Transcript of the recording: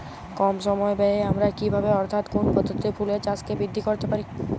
কম সময় ব্যায়ে আমরা কি ভাবে অর্থাৎ কোন পদ্ধতিতে ফুলের চাষকে বৃদ্ধি করতে পারি?